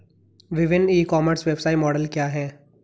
विभिन्न e commerce व्यवसाय model क्या हैं?